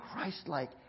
Christ-like